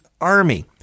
army